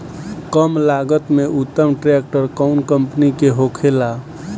कम लागत में उत्तम ट्रैक्टर कउन कम्पनी के होखेला?